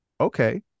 okay